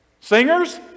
singers